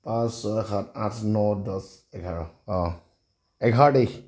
পাঁচ ছয় সাত আঠ ন দহ এঘাৰ অঁ এঘাৰ তাৰিখ